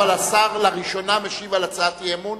אבל השר לראשונה משיב על הצעת אי-אמון